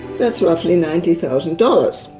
that's roughly ninety thousand dollars.